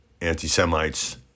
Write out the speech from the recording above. anti-Semites